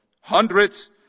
hundreds